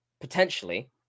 potentially